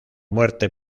muerte